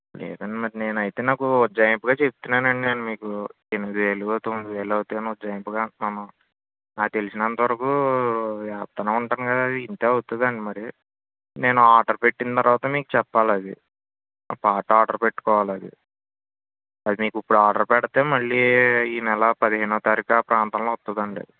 లేదండి మరి నేను అయితే నాకు ఉజ్జాయింపుగా చెప్తున్నానండి నేను మీకు ఎనిమిది వేలుగా తొమ్మిది వేలు అవుతాయేమో ఉజ్జాయింపుగా అంటున్నాను నాకు తెలిసినంత వరకు వేస్తూనే ఉంటాను కదా ఇంతే అవుతుందండి మరి నేను ఆర్డర్ పెట్టిన తరువాత నీకు చెప్పాలి అది ఆ పార్ట్ ఆర్డర్ పెట్టుకోవాలి అది అది మీకు ఇప్పుడు ఆర్డర్ పెడితే మళ్ళీ ఈ నెల పదిహేనవ తారీకు ఆ ప్రాంతంలో వస్తుందండి అది